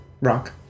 rock